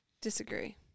Disagree